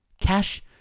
cash